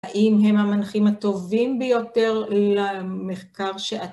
האם הם המנחים הטובים ביותר למחקר ש